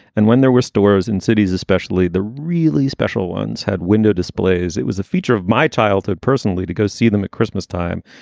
and when there were stores in cities, especially, the really special ones had window displays. it was a feature of my childhood personally to go see them at christmas time.